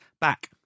back